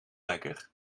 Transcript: lekker